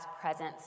presence